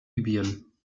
libyen